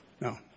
No